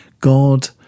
God